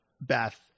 Beth